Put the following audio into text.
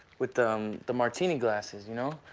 with the um the martini glasses, you know?